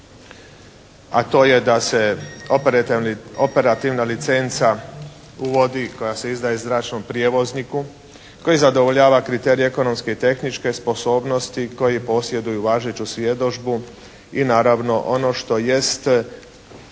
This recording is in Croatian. a to je da se operativna licenca uvodi, koja se izdaje zračnom prijevozniku koji zadovoljava kriterije ekonomske i tehničke sposobnosti koji posjeduju važeću svjedodžbu, i naravno ono što jest